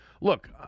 Look